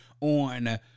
on